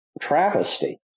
travesty